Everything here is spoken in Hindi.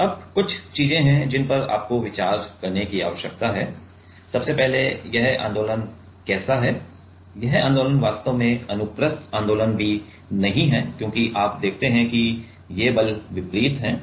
अब कुछ चीजें हैं जिन पर आपको विचार करने की आवश्यकता है सबसे पहले यह आंदोलन कैसे हैं यह आंदोलन वास्तव में अनुप्रस्थ आंदोलन भी नहीं है क्योंकि आप देखते हैं कि ये बल वितरित हैं